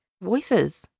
voices